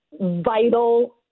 vital